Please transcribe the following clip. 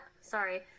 Sorry